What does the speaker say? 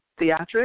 theatrics